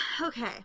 okay